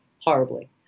horribly